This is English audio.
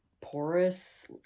porous